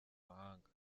mahanga